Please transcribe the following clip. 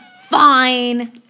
fine